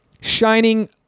shining